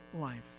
life